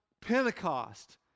Pentecost